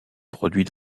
produit